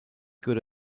good